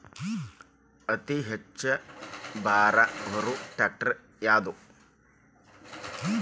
ಅತಿ ಹೆಚ್ಚ ಭಾರ ಹೊರು ಟ್ರ್ಯಾಕ್ಟರ್ ಯಾದು?